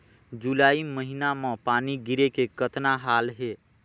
जुलाई महीना म पानी गिरे के कतना हाल हे?